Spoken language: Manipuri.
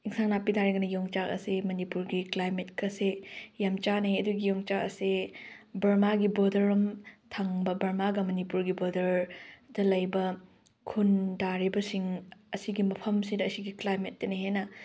ꯑꯦꯟꯁꯥꯡ ꯅꯥꯄꯤꯗ ꯍꯥꯏꯔꯒꯅ ꯌꯣꯡꯆꯥꯛ ꯑꯥꯁꯦ ꯃꯅꯤꯄꯨꯔꯒꯤ ꯀ꯭ꯂꯥꯏꯃꯦꯠꯀꯁꯦ ꯌꯥꯝ ꯆꯟꯅꯩꯌꯦ ꯑꯗꯨꯒꯤ ꯌꯣꯡꯆꯥꯛ ꯑꯁꯦ ꯕꯔꯃꯥꯒꯤ ꯕꯣꯔꯗꯔꯔꯣꯝ ꯊꯪꯕ ꯕꯔꯃꯥꯒ ꯃꯅꯤꯄꯨꯔꯒꯥꯒꯤ ꯕꯣꯔꯗꯔꯗ ꯂꯩꯕ ꯈꯨꯟꯇꯥꯔꯤꯕ ꯁꯤꯡ ꯑꯁꯤꯒꯤ ꯃꯐꯝꯁꯤꯗ ꯑꯁꯤꯒꯤ ꯀ꯭ꯂꯥꯏꯃꯦꯠꯇꯥꯅ ꯍꯦꯟꯅ